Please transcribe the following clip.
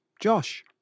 Josh